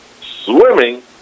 Swimming